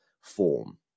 form